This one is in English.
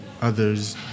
others